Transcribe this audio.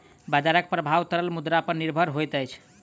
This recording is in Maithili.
बजारक प्रभाव तरल मुद्रा पर निर्भर होइत अछि